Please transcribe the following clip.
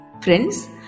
Friends